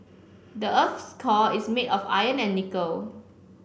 the earth's core is made of iron and nickel